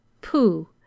Pooh